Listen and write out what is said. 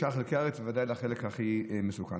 שאר חלקי הארץ, ודאי לחלק הכי מסוכן.